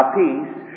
peace